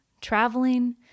traveling